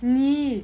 你